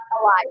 alive